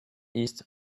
east